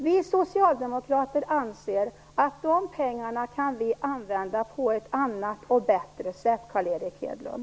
Vi socialdemokrater anser att vi kan använda de pengarna på ett annat och bättre sätt, Carl Erik Hedlund.